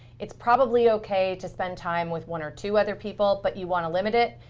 it's probably ok to spend time with one or two other people. but you want to limit it.